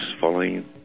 following